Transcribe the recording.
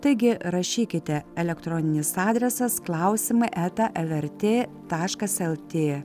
taigi rašykite elektroninis adresas klausimai eta lrt taškas lt